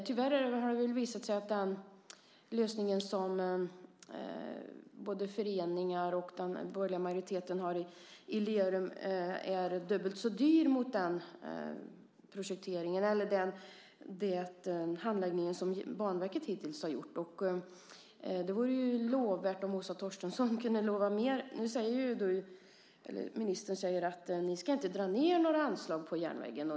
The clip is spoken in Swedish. Tyvärr har det visat sig att den lösning som både föreningar och den borgerliga majoriteten i Lerum har visat på är dubbelt så dyr som den som visas i den handläggning som Banverket hittills har gjort. Det vore ju lovvärt om Åsa Torstensson kunde lova mer. Ministern säger att ni inte ska dra ned några anslag till järnvägen.